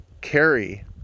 carry